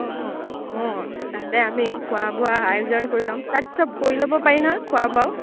অঁ অঁ তাতে আমি খোৱা বোৱা আয়োজন কৰি ল'ম তাত সব কৰি ল'ব পাৰি নহয় খোৱা বোৱাও